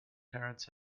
terence